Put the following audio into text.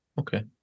Okay